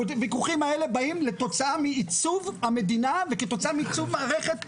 הוויכוחים האלה באים כתוצאה מעיצוב המדינה וכתוצאה מעיצוב מערכת המדינה.